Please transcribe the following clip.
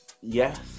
yes